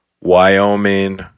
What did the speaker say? Wyoming